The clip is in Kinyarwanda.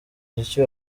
muziki